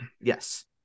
Yes